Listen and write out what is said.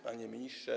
Panie Ministrze!